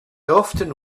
often